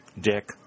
Dick